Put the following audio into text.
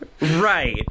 right